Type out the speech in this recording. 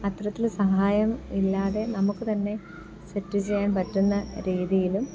അത്തരത്തിൽ സഹായം ഇല്ലാതെ നമുക്ക് തന്നെ സെറ്റ് ചെയ്യാൻ പറ്റുന്ന രീതിയിലും